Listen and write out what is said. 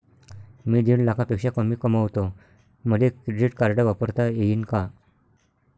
मी दीड लाखापेक्षा कमी कमवतो, मले क्रेडिट कार्ड वापरता येईन का?